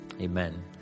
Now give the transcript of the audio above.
Amen